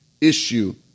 issue